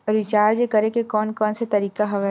Recharge करे के कोन कोन से तरीका हवय?